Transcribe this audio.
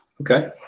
okay